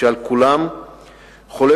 ועל כולם חולש,